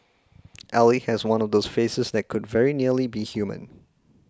Ally has one of those faces that could very nearly be human